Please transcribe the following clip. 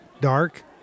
dark